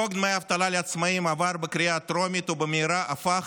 חוק דמי אבטלה לעצמאים עבר בקריאה טרומית ובמהרה הפך